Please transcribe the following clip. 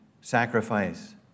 sacrifice